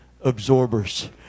absorbers